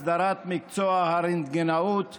הסדרת מקצוע הרנטגנאות והדימות).